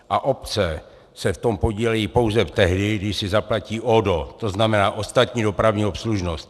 A obce se v tom podílejí pouze tehdy, když si zaplatí ODO, to znamená ostatní dopravní obslužnost.